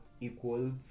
equals